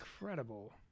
incredible